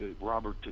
robert